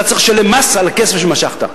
אתה צריך לשלם מס על הכסף שמשכת.